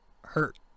hurt